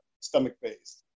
stomach-based